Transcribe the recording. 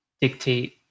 dictate